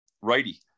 Righty